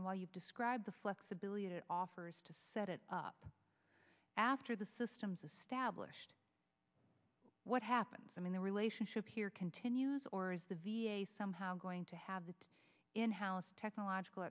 and what you've described the flexibility it offers to set it up after the system's a stablished what happens i mean the relationship here continues or is the v a somehow going to have that in house technological